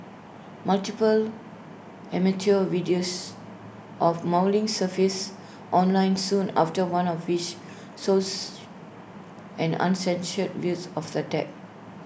multiple amateur videos of mauling surfaced online soon after one of which shows an uncensored views of attack